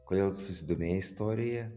kodėl susidomėjai istorija